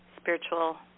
spiritual